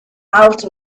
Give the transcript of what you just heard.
out